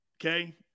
Okay